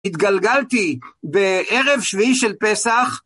התגלגלתי בערב שביעי של פסח.